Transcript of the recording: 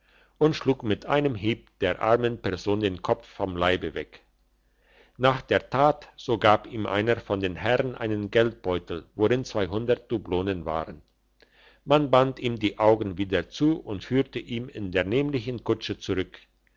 und schlug mit einem hieb der armen person den kopf vom leibe weg nach der tat so gab ihm einer von den herrn einen geldbeutel worin zweihundert dublonen waren man band ihm die augen wieder zu und führte ihn in die nämliche kutsche zurück